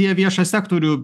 jie viešą sektorių